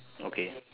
okay